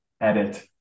edit